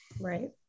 Right